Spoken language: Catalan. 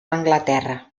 anglaterra